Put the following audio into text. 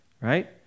right